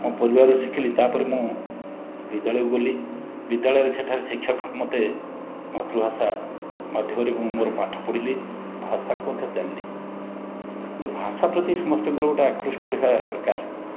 ମୋ ପରିବାରରୁ ଶିଖିଲି ତା'ପରେ ମୁଁ ବିଦ୍ୟାଳୟକୁ ଗଲି ବିଦ୍ୟାଳୟରେ ସେଠାରେ ଶିକ୍ଷକ ମୋତେ ମାତୃଭାଷା ମାଧ୍ୟମରେ ମୁଁ ମୋର ପାଠ ପଢ଼ିଲି ଭାଷାକୁ ମଧ୍ୟ ଜାଣିଲି ହେଲେ ଭାଷା ପ୍ରତି ସମସ୍ତଙ୍କର ଗୋଟେ ଆକୃଷ୍ଟ ରହିବା ଦରକାର